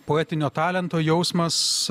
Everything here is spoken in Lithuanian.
poetinio talento jausmas